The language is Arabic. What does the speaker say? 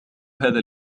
هذا